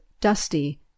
Dusty